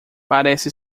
parece